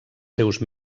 seus